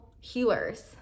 healers